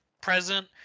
present